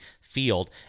Field